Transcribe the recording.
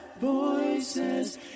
Voices